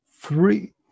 Three